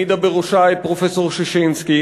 ועדה, העמידה בראשה את פרופסור ששינסקי.